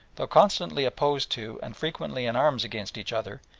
though constantly opposed to and frequently in arms against each other,